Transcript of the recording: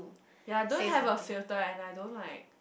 yeah don't have a filter and I don't like